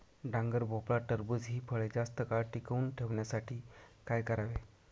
डांगर, भोपळा, टरबूज हि फळे जास्त काळ टिकवून ठेवण्यासाठी काय करावे?